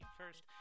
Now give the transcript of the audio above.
first